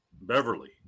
Beverly